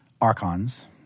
archons